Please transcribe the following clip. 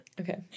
Okay